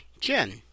Jen